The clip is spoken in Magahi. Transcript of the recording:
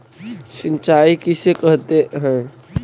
सिंचाई किसे कहते हैं?